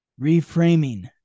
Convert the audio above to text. reframing